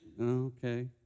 okay